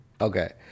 Okay